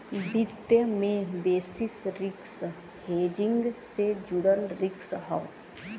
वित्त में basis risk hedging से जुड़ल रिस्क हौ